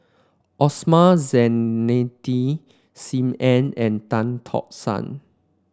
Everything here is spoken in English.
Osman Zailani Sim Ann and Tan Tock San